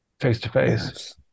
face-to-face